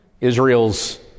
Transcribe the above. Israel's